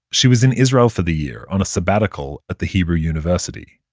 she was in israel for the year, on a sabbatical at the hebrew university.